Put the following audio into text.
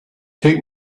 take